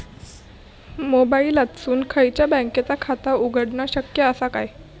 मोबाईलातसून खयच्याई बँकेचा खाता उघडणा शक्य असा काय?